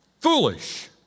Foolish